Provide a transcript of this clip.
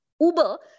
Uber